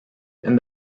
and